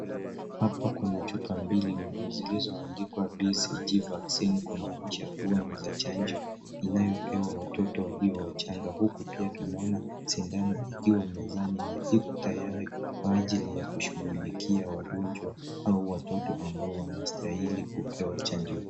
Hapa kuna chupa mbili zilizoandikwa BCG vaccine kumaanisha kuwa ni za chanjo inayopewa watoto walio wachanga, huku pia tunaona sindano ikiwa mezani na iko tayari kwa ajili ya kushughulikia wagonjwa au watoto ambao wanastahili kupewa chanjo hii.